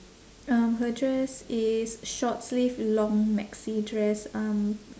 um her dress is short sleeve long maxi dress um